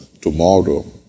tomorrow